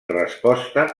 resposta